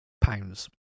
pounds